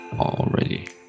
already